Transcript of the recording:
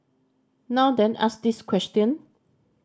now then ask this question